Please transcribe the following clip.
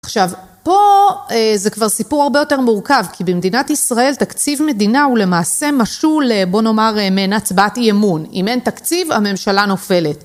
עכשיו, פה זה כבר סיפור הרבה יותר מורכב, כי במדינת ישראל תקציב מדינה הוא למעשה משול, בוא נאמר, מעין הצבעת אי אמון. אם אין תקציב, הממשלה נופלת.